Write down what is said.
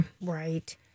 Right